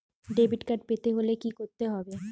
Debit card পেতে হলে কি করতে হবে?